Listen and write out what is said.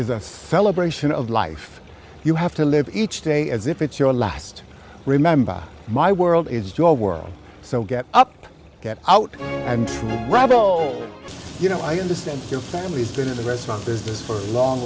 is a celebration of life you have to live each day as if it's your last remember my world is your world so get up get out and rob you know i understand your family's doing in the restaurant business for the long